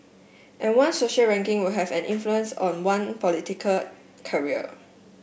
and one's social ranking will have an influence on one political career